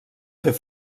fer